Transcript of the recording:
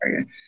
Okay